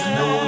no